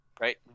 right